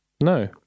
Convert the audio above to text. No